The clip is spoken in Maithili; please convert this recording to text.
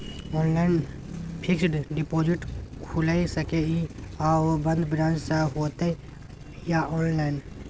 ऑनलाइन फिक्स्ड डिपॉजिट खुईल सके इ आ ओ बन्द ब्रांच स होतै या ऑनलाइन?